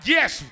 Yes